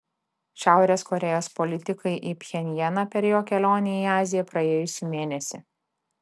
šiaurės korėjos politikai į pchenjaną per jo kelionę į aziją praėjusį mėnesį